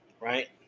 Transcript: right